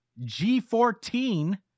G14